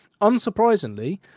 Unsurprisingly